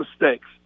mistakes